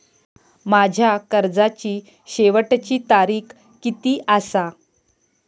माझ्या कर्जाची शेवटची तारीख किती आसा?